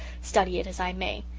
study it as i may.